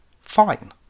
fine